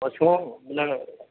ଅଛୁଁ